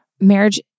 marriage